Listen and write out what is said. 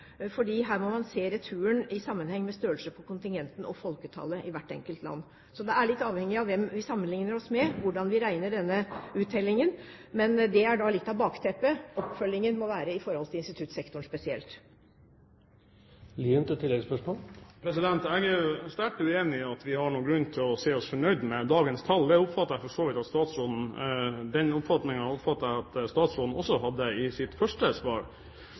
her må man se returen i sammenheng med størrelsen på kontingenten og folketallet i hvert enkelt land. Så det er litt avhengig av hvem vi sammenlikner oss med, hvordan vi regner denne uttellingen. Men det er litt av bakteppet. Oppfølgingen må være i forhold til instituttsektoren spesielt. Jeg er sterkt uenig i at vi har noen grunn til å si oss fornøyd med dagens tall. Den oppfatningen oppfattet jeg at statsråden også hadde i sitt første svar. Jeg er fullt innforstått med at